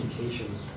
education